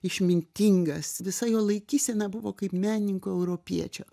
išmintingas visa jo laikysena buvo kaip menininko europiečio